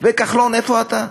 וכחלון, איפה אתה?